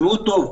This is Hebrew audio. תשמעו טוב,